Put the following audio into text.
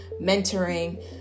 mentoring